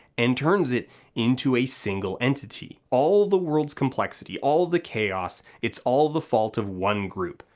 and turns it into a single entity. all the world's complexity, all the chaos, it's all the fault of one group.